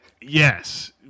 yes